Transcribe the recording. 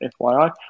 FYI